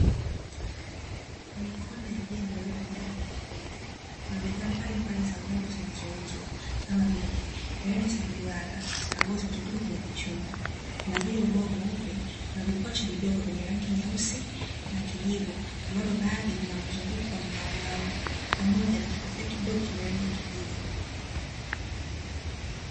Kwenye Kona ya jengo iliyoko ndani ya duka kubwa Kuna bidhaa mbalimbali za urembo zinazouzwa kama vile hereni za mduara ambazio zimetundikwa juu ya vichuma , na juu ya ubao mweupe Kuna vipochi vidogo rangi nyeusi na kijivu ambavyo baadhi vina mzunguko wa mngao ngao pamoja na kofia kidogo kina rangi ya kijivu .